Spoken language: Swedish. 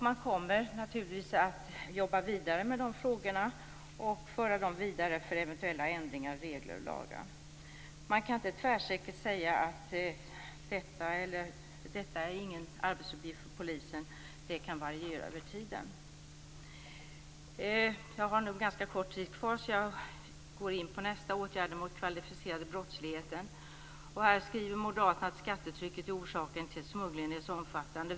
Man kommer naturligtvis att jobba vidare med de frågorna och föra dem vidare för eventuella ändringar i regler och lagar. Man kan inte tvärsäkert säga att något inte är en arbetsuppgift för polisen. Det kan variera över tiden. Jag har ganska kort talartid kvar, så jag går in på nästa åtgärd. Det gäller den kvalificerade brottsligheten. Här skriver moderaterna att skattetrycket är orsaken till att smugglingen är så omfattande.